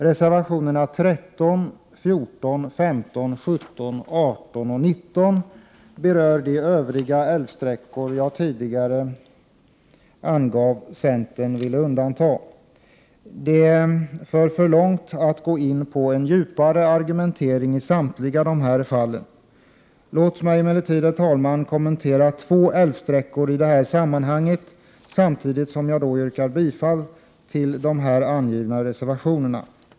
Reservationerna 13, 14, 15, 17, 18 och 19 berör de övriga älvsträckor som jag tidigare angav att centern vill undanta. Det för för långt att gå in på en djupare argumentering i samtliga dessa fall. Låt mig emellertid kommentera två älvsträckor i dessa sammanhang, samtidigt som jag yrkar bifall till de här angivna reservationerna.